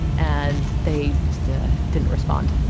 and they just ah didn't respond.